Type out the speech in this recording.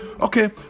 Okay